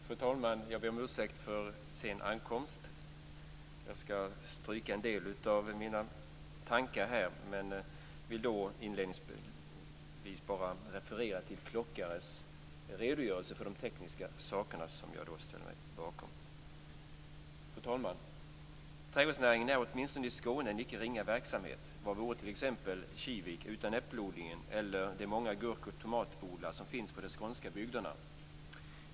Fru talman! Jag ber om ursäkt för sen ankomst. Jag skall stryka en del av mina tankar i anförandet. Jag vill inledningsvis referera Lennart Klockares redogörelse för de tekniska frågorna som jag ställer mig bakom. Fru talman! Trädgårdsnäringen är åtminstone i Skåne en icke ringa verksamhet. Vad vore t.ex. Kivik utan äppelodlingen eller de många gurk och tomatodlare som finns på de skånska bygderna?